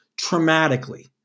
traumatically